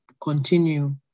continue